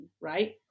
right